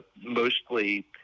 mostly